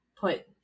put